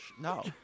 No